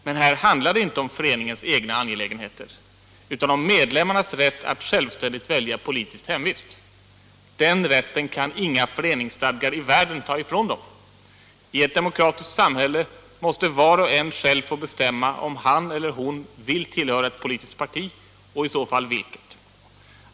Men här "handlar det inte om föreningens egna angelägenheter utan om medlemmarnas rätt att självständigt välja politiskt hemvist. Den rätten kan inga föreningsstadgar i världen ta ifrån dem. I ett demokratiskt samhälle måste var och en själv få bestämma om han eller hon vill tillhöra ett politiskt parti och i så fall vilket.